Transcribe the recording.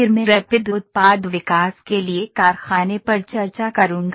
फिर मैं रैपिड उत्पाद विकास के लिए कारखाने पर चर्चा करूंगा